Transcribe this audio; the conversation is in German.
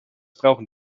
brauchen